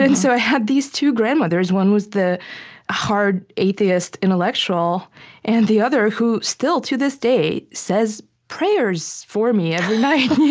and so i had these two grandmothers one was the hard, atheist intellectual and the other who still to this day says prayers for me every and night.